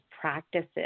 practices